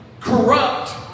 corrupt